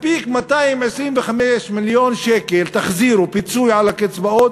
מספיק שתחזירו 225 מיליון שקל, פיצוי על הקצבאות,